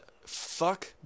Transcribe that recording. fuck